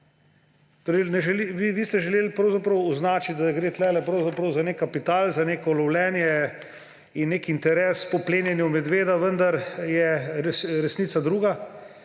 narave. Vi ste želeli pravzaprav označiti, da gre tukaj za nek kapital, za neko lovljenje in nek interes po plenjenju medveda, vendar je resnica druga.